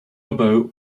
about